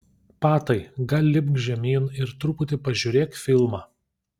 patai gal lipk žemyn ir truputį pažiūrėk filmą